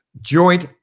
joint